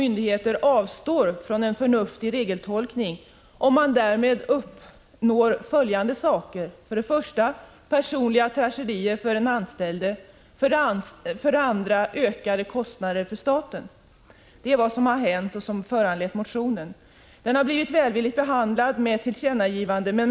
Myndigheter får inte avstå från en förnuftig regeltolkning om detta leder till personliga tragedier för den anställde och ökade kostnader för staten. Det är vad som har hänt och vad som har föranlett motionen. Motionen har blivit välvilligt behandlad och lett till att utskottet föreslår riksdagen att göra ett tillkännagivande.